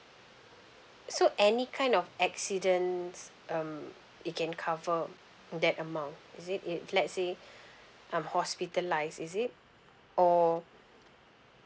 so any kind of accidents um it can cover that amount is it if let say I'm hospitalized is it or